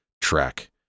track